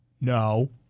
No